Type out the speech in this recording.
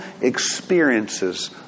experiences